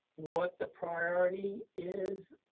what the priority is,